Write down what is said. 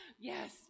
Yes